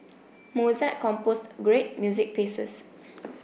Mozart composed great music pieces